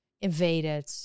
invaded